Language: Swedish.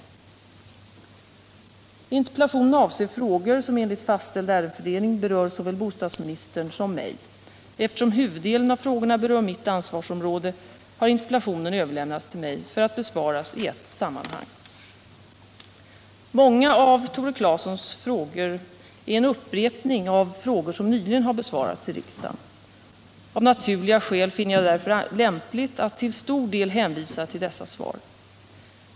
Interpellationen avser frågor, som enligt fastställd ärendefördelning berör såväl bostadsministern som mig. Eftersom huvuddelen av frågorna berör mitt ansvarsområde har interpellationen överlämnats till mig för att besvaras i ett sammanhang. Många av Tore Claesons frågor är en upprepning av frågor som nyligen har besvarats i riksdagen. Av naturliga skäl finner jag det därför lämpligt att till stor del hänvisa till dessa svar.